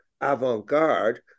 avant-garde